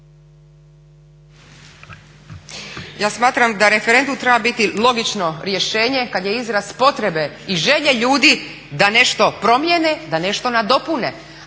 Ja smatram da referendum treba biti logično rješenje kad je izraz potrebe i želje ljudi da nešto promijene, da nešto nadopune,